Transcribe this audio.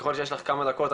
ככל שיש לך כמה דקות,